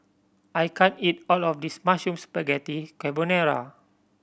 I can't eat all of this Mushroom Spaghetti Carbonara